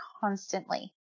constantly